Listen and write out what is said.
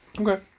Okay